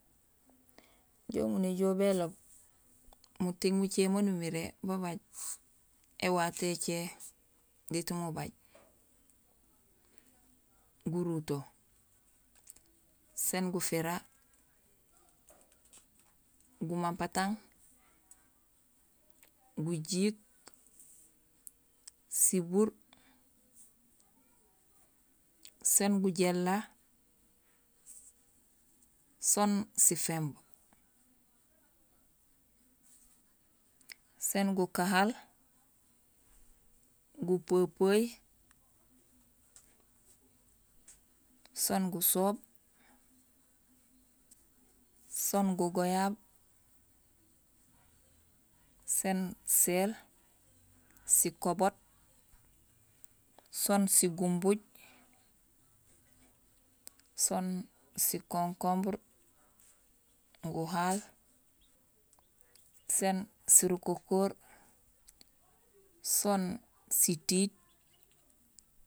Injé umunéjool béloob muting mucé maan umiré babay éwato écé diit mu bay: guruto, sén gufira, gumampatang, gujiik, sibuur, sén gujééla, soon sifééb, sén gukahal, gupepeey, soon gusoob, soon gugoyaab, sén séél, sikoboot, soon sigumbuuj, soon sikonkomberee, guhaal, sén sirukokoor soon sitiit